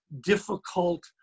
difficult